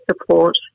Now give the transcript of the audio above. support